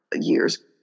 years